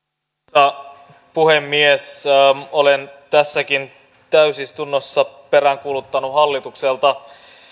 arvoisa puhemies olen tässäkin täysistunnossa peräänkuuluttanut hallitukselta